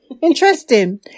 Interesting